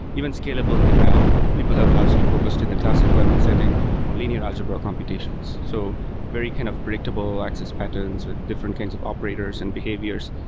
even scalable and ml, people have largely focused in the classical and ml setting on linear algebra computations. so very kind of predictable access patterns with different kinds of operators and behaviors.